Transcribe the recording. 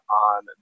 on